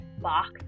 box